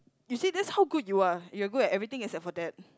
you see that's how good you are you are good at everything except for that